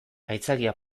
aitzakia